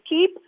keep